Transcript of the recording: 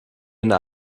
eine